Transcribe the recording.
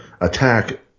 attack